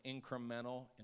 incremental